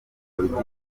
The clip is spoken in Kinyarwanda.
politiki